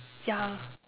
ya